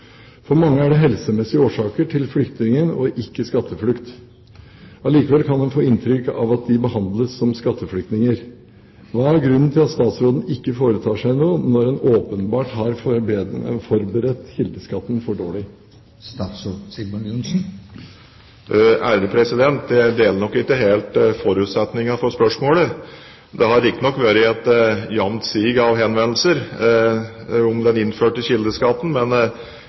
For mange er det helsemessige årsaker til flyttingen, og ikke skatteflukt. Allikevel kan en få inntrykk av at de behandles som skatteflyktninger. Hva er grunnen til at statsråden ikke foretar seg noe når en åpenbart har forberedt kildeskatten for dårlig?» Jeg deler nok ikke helt forutsetningen for spørsmålet. Det har riktignok vært et jevnt sig av henvendelser om den innførte kildeskatten,